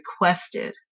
requested